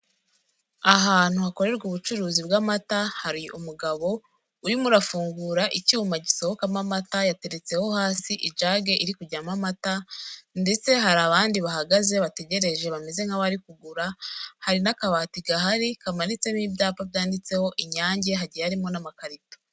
Ahantu hakorerwa ubucuruzi bw'amata, hari umugabo, urimo urafungura icyuma gisohokamo amata yateretseho hasi ijague iri kujyamo amata ndetse hari abandi bahagaze bategereje bameze nk'abari kugura, hari n'akabati gahari kamanitseho ibyapa byanditseho inyange hagiye harimo n'amakarito.